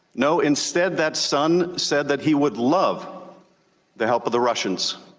no. instead, that son said that he would love the help of the russians.